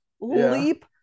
leap